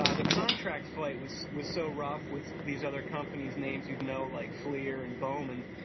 ah the contract fight was was so rough with these other companies, names you'd know like flair and bowman,